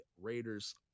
Raiders